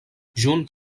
junt